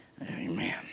amen